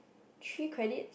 three credit